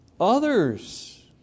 others